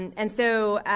and so,